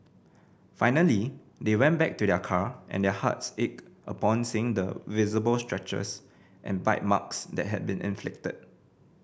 finally they went back to their car and their hearts ached upon seeing the visible scratches and bite marks that had been inflicted